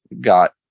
got